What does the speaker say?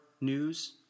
news